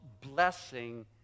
blessing